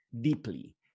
deeply